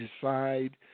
decide